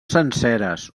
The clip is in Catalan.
senceres